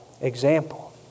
example